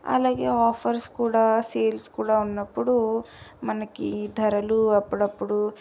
అలాగే ఆఫర్స్ కూడా సేల్స్ కూడా ఉన్నప్పుడు మనకి ధరలు అప్పుడప్పుడు